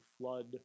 flood